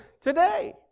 today